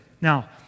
Now